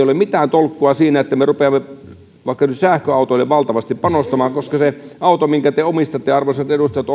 ole mitään tolkkua siinä että me rupeamme vaikka nyt sähköautoihin valtavasti panostamaan koska se auto minkä te omistatte arvoisat edustajat